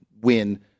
win